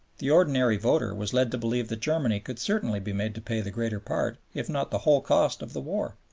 the ordinary voter was led to believe that germany could certainly be made to pay the greater part, if not the whole cost of the war.